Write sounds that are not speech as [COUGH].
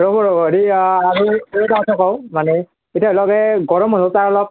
ৰ'ব ৰ'ব সি আৰু [UNINTELLIGIBLE] কথা কওঁ মানে এতিয়া ধৰি লওক এই গৰম বন্ধত তাক অলপ